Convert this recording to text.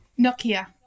Nokia